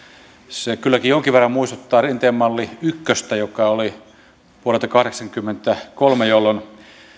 se kylläkin jonkin verran muistuttaa rinteen malli yhtä joka oli vuodelta kahdeksankymmentäkolme jolloin